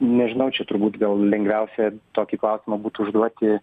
nežinau čia turbūt gal lengviausia tokį klausimą būtų užduoti